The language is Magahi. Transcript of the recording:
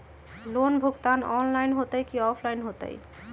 लोन भुगतान ऑनलाइन होतई कि ऑफलाइन होतई?